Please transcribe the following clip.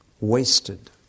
wasted